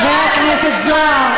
חבר הכנסת זוהר.